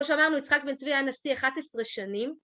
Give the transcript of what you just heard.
כמו שאמרנו יצחק בן צבי היה נשיא 11 שנים